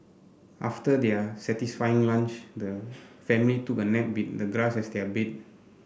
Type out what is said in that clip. after their satisfying lunch the family took a nap with the grass as their bed